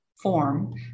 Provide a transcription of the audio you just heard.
form